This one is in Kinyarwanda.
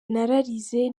nararize